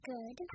Good